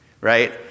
Right